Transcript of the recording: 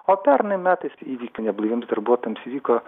o pernai metais įvykių neblaiviems darbuotojams įvyko